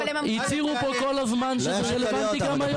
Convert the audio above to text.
אבל הם אמרו --- הצהירו פה כל הזמן שזה רלוונטי גם היום.